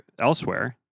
elsewhere